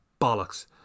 bollocks